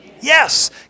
Yes